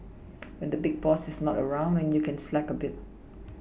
when the big boss is not around and you can slack a bit